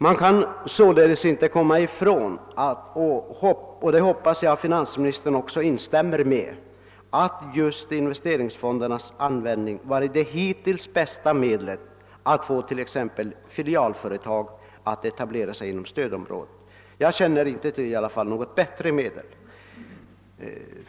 Man kan således inte komma ifrån — och det hoppas jag att finansministern instämmer i — att investeringsfonderna varit det hittills bästa medel som kunnat användas för att få t.ex. filialföretag att etablera sig inom stödområdet. Jag känner i varje fall inte till något bättre medel.